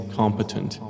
competent